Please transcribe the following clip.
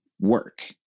work